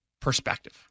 perspective